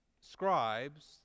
scribes